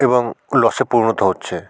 এবং লসে পরিণত হচ্ছে